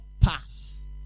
pass